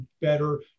better